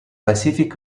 pacific